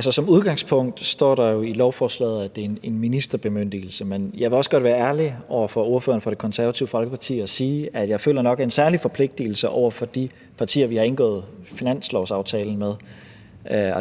som udgangspunkt står der jo i lovforslaget, at det er en ministerbemyndigelse, men jeg vil også godt være ærlig over for ordføreren for Det Konservative Folkeparti og sige, at jeg nok føler en særlig forpligtigelse over for de partier, vi har indgået finanslovsaftalen med.